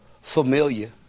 Familiar